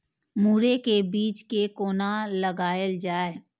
मुरे के बीज कै कोना लगायल जाय?